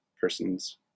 person's